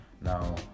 now